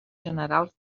generals